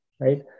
right